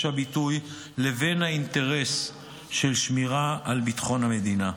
הביטוי לבין האינטרס של שמירה על ביטחון המדינה.